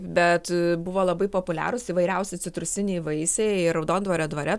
bet buvo labai populiarūs įvairiausi citrusiniai vaisiai raudondvario dvare